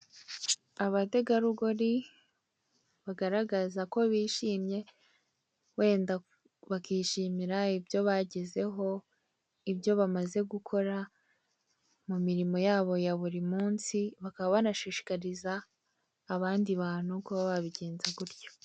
Amasaha y' ijoro umuhanda mugari hari icyapa cy' icyatsi n' umweru ,hirya hakaba ikizengurukijwe, nibara ritukura n'inyuguti y' umukara ,hagati ...